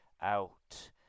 out